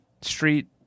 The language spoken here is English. Street